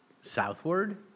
southward